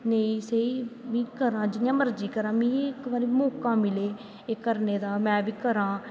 नेईं सेही में करां जियां मर्जी करां मिगी इक बारी मौका मिले एह् करनें दा में बी करां